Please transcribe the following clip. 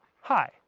Hi